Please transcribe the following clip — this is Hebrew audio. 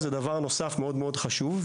זה דבר נוסף מאוד מאוד חשוב.